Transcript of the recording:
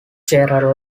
share